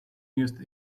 used